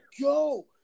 go